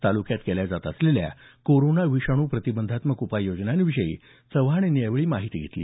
ताल्क्यात केल्या जात असलेल्या कोरोना विषाणू प्रतिबंधात्मक उपाय योजनांविषयी चव्हाण यांनी यावेळी माहिती घेतली